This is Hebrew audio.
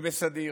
ובסדיר,